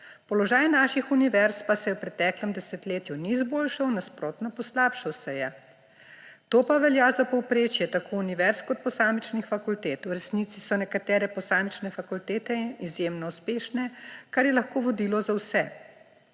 Položaj naših univerz pa se je v preteklem desetletju ni izboljšal; nasprotno, poslabšal se je. To pa velja za povprečje tako univerz kot posamičnih fakultet. V resnici so nekatere posamične fakultete izjemno uspešne, kar je lahko vodilo za vse.